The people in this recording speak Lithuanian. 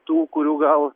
tų kurių gal